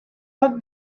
poc